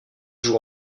joue